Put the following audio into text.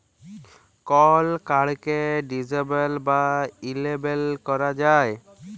call কাড়কে disable বা enable ক্যরা যায়